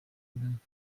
بگیرند